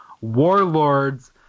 Warlords